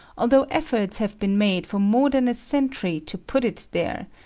although efforts have been made for more than a century to put it there,